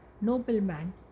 nobleman